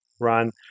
run